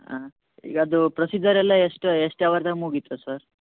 ಹಾಂ ಈಗ ಅದೂ ಪ್ರೊಸೀಜರ್ ಎಲ್ಲ ಎಷ್ಟು ಎಷ್ಟು ಹವರ್ದಾಗ ಮುಗಿತದೆ ಸರ್